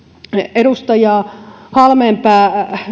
edustaja halmeenpää